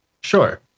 Sure